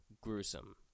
gruesome